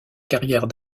carrière